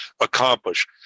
accomplish